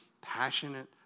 passionate